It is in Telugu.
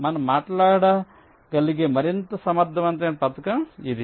మనం మాట్లాడగలిగే మరింత సమర్థవంతమైన పథకం ఉంది